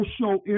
social